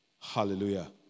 Hallelujah